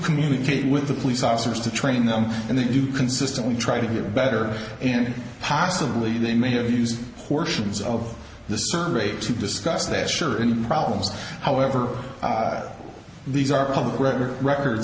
communicate with the police officers to train them and they do consistently try to do better and possibly they may have used portions of this certainly to discuss that sure and problems however these are public record record